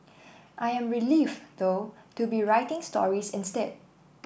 I am relieved though to be writing stories instead